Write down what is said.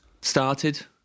started